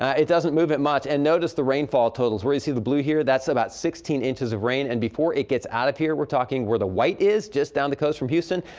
it doesn't move it much. and notice the rainfall totals. where you see the blue, that's about sixteen inches of rain and before it gets out of here, we're talking where the white is, just down the coast from houston,